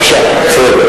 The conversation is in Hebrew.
בבקשה.